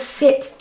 sit